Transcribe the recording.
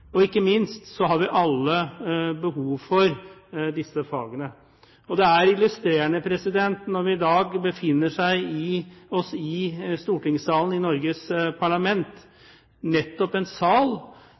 Ikke minst har vi alle behov for disse fagene. Det er illustrerende når vi nå befinner oss i stortingssalen, i Norges parlament,